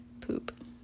poop